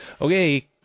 Okay